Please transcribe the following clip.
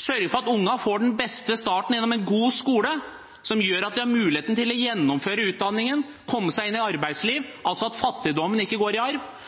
sørge for at ungene får den beste starten gjennom en god skole som gjør at de har mulighet til å gjennomføre utdanningen og komme seg inn i arbeidsliv – altså at fattigdommen ikke går i arv.